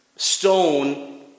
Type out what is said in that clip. stone